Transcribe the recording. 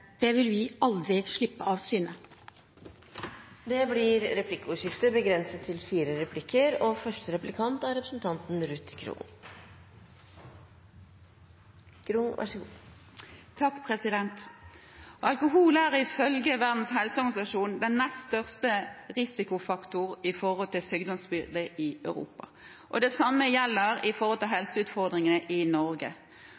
Det vil vi aldri slippe av syne. Det blir replikkordskifte. Alkohol er ifølge Verdens helseorganisasjon den nest største risikofaktoren når det gjelder sykdomsbyrde i Europa, og det samme gjelder helseutfordringene i